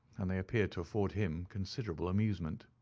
and they appeared to afford him considerable amusement.